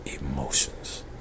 emotions